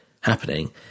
happening